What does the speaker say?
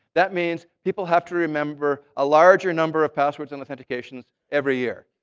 that means people have to remember a larger number of passwords and authentications every year.